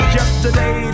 yesterday